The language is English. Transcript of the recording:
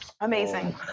Amazing